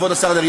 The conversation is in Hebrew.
כבוד השר דרעי,